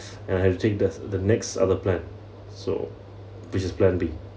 and I'll think the the next other plan so which is plan B